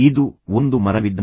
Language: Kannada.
ಇದು ಒಂದು ಮರವಿದ್ದಂತೆ